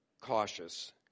cautious